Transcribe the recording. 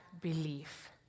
belief